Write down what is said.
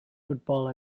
football